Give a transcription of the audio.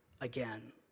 again